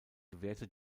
gewährte